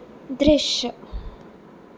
दृश्य